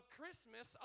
Christmas